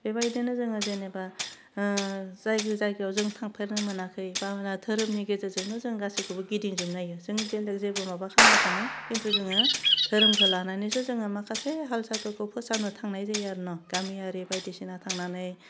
बेबायदिनो जोङो जेनेबा जाय जायगायाव जों थांफेरनो मोनाखै बा मोना घोरोमनि गेजेरजोंनो जों गासैखौबो गिदिंजोबनो हायो जों बेलेग जेबो माबा खालामनो थाङा खिन्थु जोङो धोरोमखौ लानानैसो जोङो माखासे हालसालफोरखौ फोस्रांनो थांनाय जायो आरो न' गामियारि बायदिसिना थांनानै